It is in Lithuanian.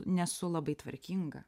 nesu labai tvarkinga